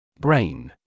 Brain